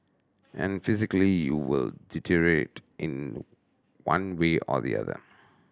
and physically you will deteriorate in one way or the other